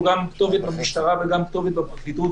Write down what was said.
גם כתובת במשטרה וגם כתובת בפרקליטות,